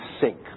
sink